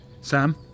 Sam